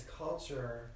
culture